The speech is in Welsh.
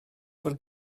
fod